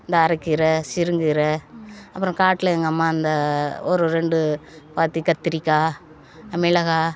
இந்த அரக்கீரை சிறுங்கீரை அப்புறம் காட்டில எங்கம்மா அந்த ஒரு ரெண்டு பாத்தி கத்தரிக்கா மிளகாய்